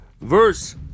verse